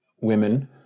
women